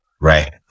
Right